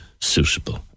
suitable